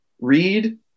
read